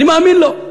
אני מאמין לו.